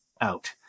out